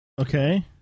Okay